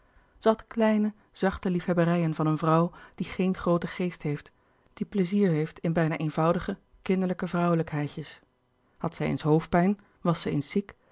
had kleine zachte liefhebberijen van een vrouw die geen louis couperus de boeken der kleine zielen grooten geest heeft die pleizier heeft in bijna eenvoudige kinderlijke vrouwelijkheidjes had zij eens hoofdpijn was zij eens ziek